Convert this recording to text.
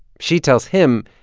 she tells him,